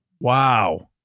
Wow